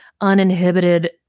uninhibited